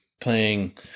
playing